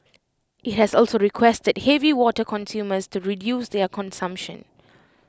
IT has also requested heavy water consumers to reduce their consumption